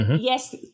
Yes